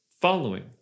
following